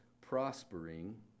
prospering